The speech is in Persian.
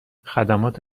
خدمات